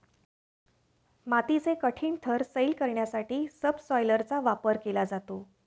मातीचे कठीण थर सैल करण्यासाठी सबसॉयलरचा वापर केला जातो